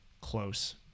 close